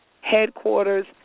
headquarters